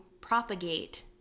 propagate